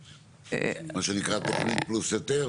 מה שנקרא תוכנית פלוס היתר?